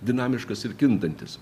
dinamiškas ir kintantis